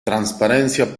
transparencia